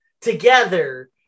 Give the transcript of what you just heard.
Together